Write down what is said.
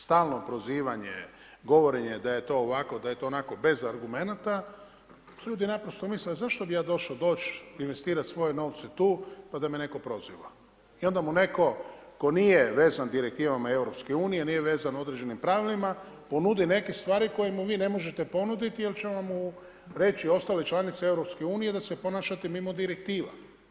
Stalno prozivanje, govorenje da je to ovako, da je to onako bez argumenata pa ljudi naprosto misle zašto bi ja došao doći investirati svoje novce tu pa da me netko proziva i onda mu netko tko nije vezan direktivama Europske unije, nije vezan određenim pravilima ponudi neke stvari koje mu vi ne možete ponuditi jer će vam reći ostale članice Europske unije da se ponašate mimo direktiva.